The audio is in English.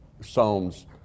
Psalms